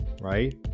right